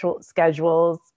schedules